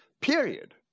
period